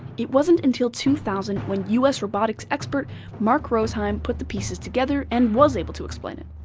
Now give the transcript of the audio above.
it wasn't until two thousand when us robotics expert mark rosheim put the pieces together and was able to explain it.